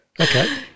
okay